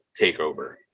takeover